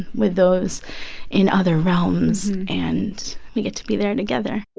with those in other realms. and we get to be there together